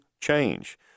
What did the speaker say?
change